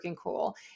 cool